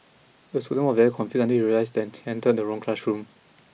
the student very confused until he realised that entered the wrong classroom